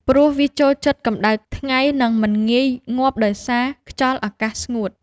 ព្រោះវាចូលចិត្តកម្ដៅថ្ងៃ និងមិនងាយងាប់ដោយសារខ្យល់អាកាសស្ងួត។